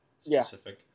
specific